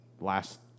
last